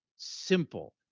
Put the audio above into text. simple